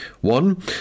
One